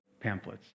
pamphlets